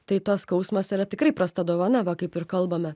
tai tas skausmas yra tikrai prasta dovana va kaip ir kalbame